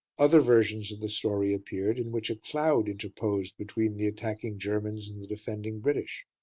other versions of the story appeared in which a cloud interposed between the attacking germans and the defending british.